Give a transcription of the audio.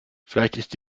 vielleicht